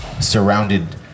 surrounded